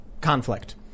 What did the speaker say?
conflict